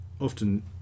often